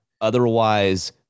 otherwise